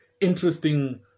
interesting